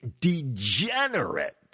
degenerate